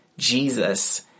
Jesus